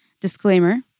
Disclaimer